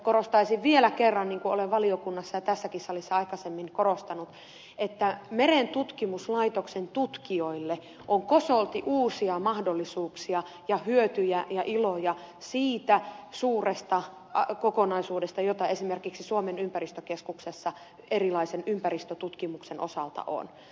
korostaisin vielä kerran niin kuin olen valiokunnassa ja tässäkin salissa aikaisemmin korostanut että merentutkimuslaitoksen tutkijoille on kosolti uusia mahdollisuuksia ja hyötyjä ja iloja siitä suuresta kokonaisuudesta jota esimerkiksi suomen ympäristökeskuksessa erilaisen ympäristötutkimuksen osalta on